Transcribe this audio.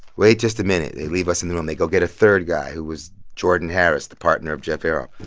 wait just the minute. they leave us in the room. they go get a third guy, who was jordan harris, the partner of jeff ayeroff.